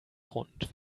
grund